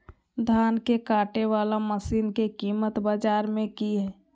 धान के कटे बाला मसीन के कीमत बाजार में की हाय?